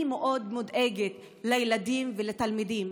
אני מאוד דואגת לילדים ולתלמידים.